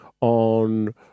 on